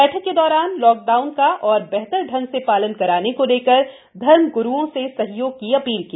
बैठक के दौरान लॉक डाउन का और बेहतर ांग से पालन कराने को लेकर धर्म ग्रुओं से सहयोग की अपील की